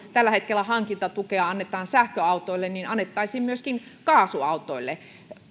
tällä hetkellä hankintatukea annetaan sähköautoille annettaisiin myöskin kaasuautoille